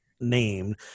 named